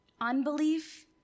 unbelief